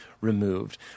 removed